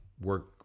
work